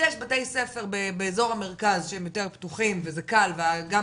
יש בתי ספר באזור המרכז שהם יותר פתוחים וזה קל וגם